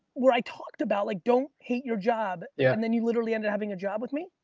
where i talked about like, don't hate your job. yeah and then you literally ended having a job with me?